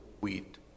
wheat